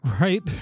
right